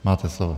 Máte slovo.